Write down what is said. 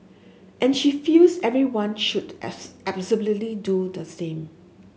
and she feels everyone should absolutely do the same